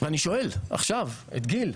ואני שואל עכשיו את גיל,